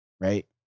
right